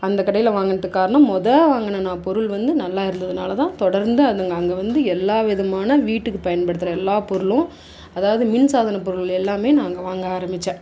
அந்த கடையில் வாங்கினத்துக்கு காரணம் மொதல் வாங்கின நான் பொருள் வந்து நல்லா இருந்ததினால தான் தொடர்ந்து அதுங்க அங்கே வந்து எல்லா விதமான வீட்டுக்கு பயன்படுத்துகிற எல்லா பொருளும் அதாவது மின்சாதன பொருள் எல்லாமே நான் அங்கே வாங்க ஆரமித்தேன்